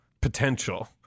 potential